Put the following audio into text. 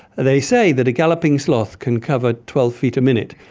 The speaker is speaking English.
they say that a galloping sloth can cover twelve feet a minute.